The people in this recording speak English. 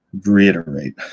reiterate